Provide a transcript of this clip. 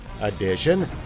edition